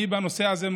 בנושא הזה,